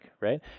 right